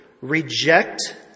reject